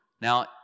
Now